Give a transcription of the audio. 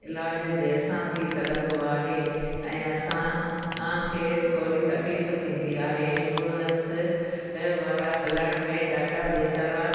इलाजु देरि सां थी सघंदो आहे ऐं असां खे थोरी तकलीफ़ थींदी आहे एंबुलंस वारा हलाइण में ॾाढा वीचारा